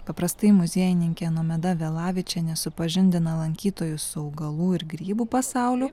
paprastai muziejininkė nomeda vėlavičienė supažindina lankytojus augalų ir grybų pasauliu